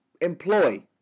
employ